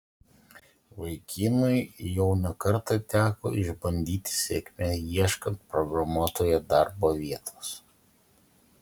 vaikinui jau ne kartą teko išbandyti sėkmę ieškant programuotojo darbo vietos